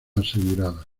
asegurada